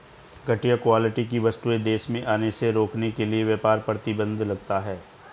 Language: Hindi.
घटिया क्वालिटी की वस्तुएं देश में आने से रोकने के लिए व्यापार प्रतिबंध लगता है